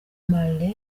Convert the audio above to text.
marley